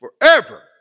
forever